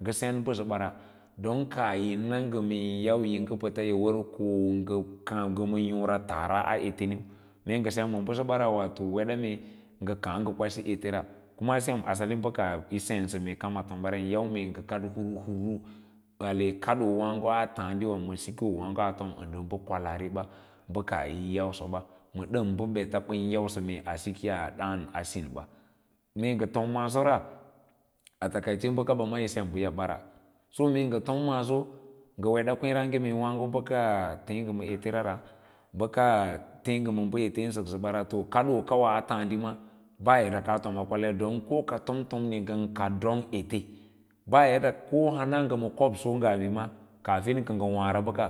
Mbəsə bara don kaah yin yau mee yi nga pats yi war ko nga ma yora taara a eteniu mee nga sem bəsəbara weda mee nga kaa nga kwasi etea kuma sem ba kaah yisensa kama tomba ra yin yau mee nga kad huru huru ale kaddowaago magsuuka waago a taa diwa ya tom ba nfa kwalaari ba ba kwah yini yaushe? Ba na nban yausa mee a sikaa daan asinba mee nga tom maase ra takaicebəkasa mee sikaa a daaǹn asinba mee nga tom maase ra takace baka ba ti sem ba yabba ra mee tom maaso nga weda kweera gee mee naago bəkə thei nga ma etera re bəka tee nga ma ba ete yin səksə ɓara kadookawa a kaadi ma ba yadda kaa tom a kwalya domin ko ka tomtomni ngan ƙad don ete ba yaddako han ka nga ma kob so ngaa bi ma kafir ka nfa waa nga baka